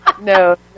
No